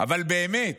אבל באמת,